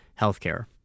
healthcare